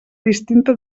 distinta